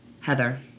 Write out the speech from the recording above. Heather